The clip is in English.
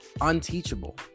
unteachable